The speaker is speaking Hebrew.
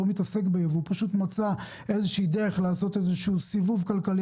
הוא פשוט מצא איזושהי דרך לעשות איזשהו סיבוב כלכלי